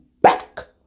back